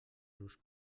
los